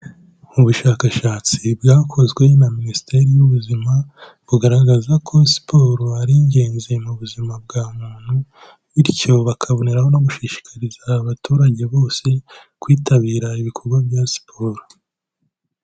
Mu bushakashatsi bwakozwe na Minisiteri y'Ubuzima bugaragaza ko siporo ari ingenzi mu buzima bwa muntu, bityo bakaboneraho no gushishikariza abaturage bose kwitabira ibikorwa bya siporo.